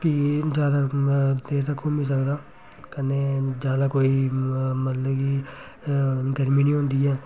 कि ज्यादा देर तक घूमी सकदा कन्नै ज्यादा कोई मतलब कि गर्मी नी होंदी ऐ